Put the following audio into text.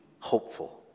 hopeful